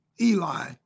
Eli